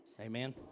Amen